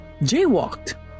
jaywalked